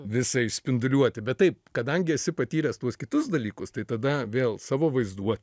visą išspinduliuoti bet taip kadangi esi patyręs tuos kitus dalykus tai tada vėl savo vaizduotėj